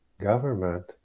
government